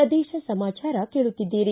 ಪ್ರದೇಶ ಸಮಾಚಾರ ಕೇಳುತ್ತಿದ್ದೀರಿ